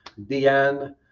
Deanne